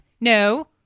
No